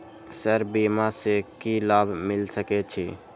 Sir बीमा से की लाभ मिल सके छी?